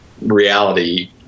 reality